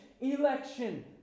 election